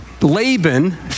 Laban